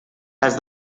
las